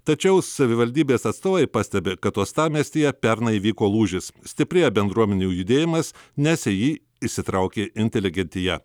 tačiau savivaldybės atstovai pastebi kad uostamiestyje pernai įvyko lūžis stiprėjo bendruomenių judėjimas nes į jį įsitraukė inteligentija